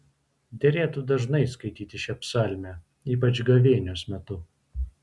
derėtų dažnai skaityti šią psalmę ypač gavėnios metu